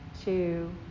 two